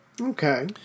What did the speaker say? Okay